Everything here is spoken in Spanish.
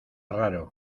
raro